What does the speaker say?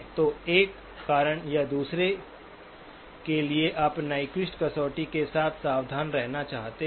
तो एक कारण या दूसरे के लिए आप नाइक्वेस्ट कसौटी के साथ सावधान रहना चाहते हैं